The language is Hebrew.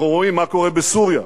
אנחנו רואים מה קורה בסוריה,